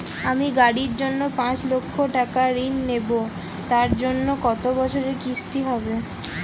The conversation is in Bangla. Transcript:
আমি গাড়ির জন্য পাঁচ লক্ষ টাকা ঋণ নেবো তার জন্য কতো বছরের কিস্তি হবে?